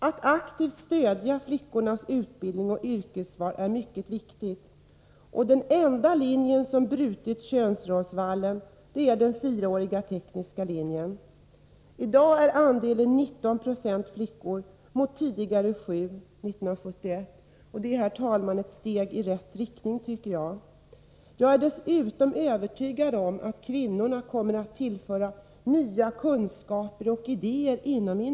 Att aktivt stödja flickornas utbildningsoch yrkesval är mycket viktigt. Den enda linjen som brutit könsrollsvallen är den fyraåriga tekniska linjen. I dag är andelen flickor 19 96 mot tidigare 7 90 1971. Det är, herr talman, ett steg i rätt riktning. Jag är dessutom övertygad om att kvinnorna kommer att tillföra industrin nya kunskaper och idéer.